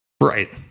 right